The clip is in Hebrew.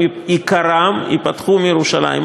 עיקרם ייפתחו מירושלים.